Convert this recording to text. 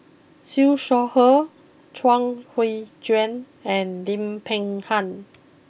Siew Shaw Her Chuang Hui Tsuan and Lim Peng Han